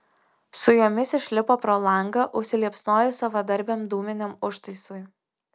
su jomis išlipo pro langą užsiliepsnojus savadarbiam dūminiam užtaisui